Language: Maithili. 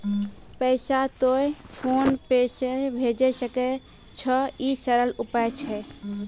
पैसा तोय फोन पे से भैजै सकै छौ? ई सरल उपाय छै?